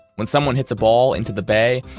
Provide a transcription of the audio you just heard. when someone hits a ball into the bay,